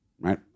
right